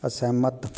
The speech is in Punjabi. ਅਸਹਿਮਤ